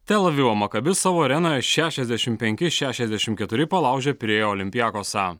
tel avivo makabi savo arenoje šešiasdešim penki šešiasdešim keturi palaužė pirėjo olympiakosą